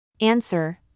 Answer